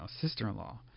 sister-in-law